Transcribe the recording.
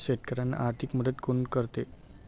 शेतकऱ्यांना आर्थिक मदत कोण करते?